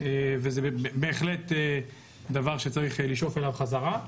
וזה בהחלט דבר שצריך לשאוף אליו בחזרה.